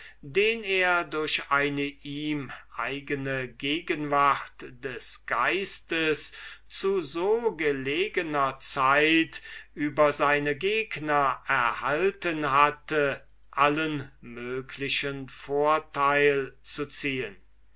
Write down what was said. den er durch eine ihm eigene gegenwart des geistes zu so gelegener zeit über seine gegner erhalten hatte allen möglichen vorteil zu ziehen